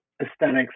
Aesthetics